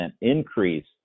increase